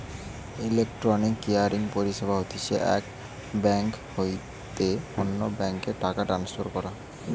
electronic clearing পরিষেবা হতিছে এক বেঙ্ক হইতে অন্য বেঙ্ক এ টাকা ট্রান্সফার করা